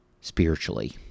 spiritually